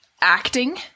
acting